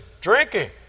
Drinking